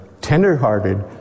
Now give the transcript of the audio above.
tenderhearted